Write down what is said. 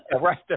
Right